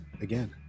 again